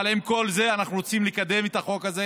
אבל עם כל זה אנחנו רוצים לקדם את החוק הזה,